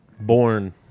Born